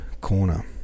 Corner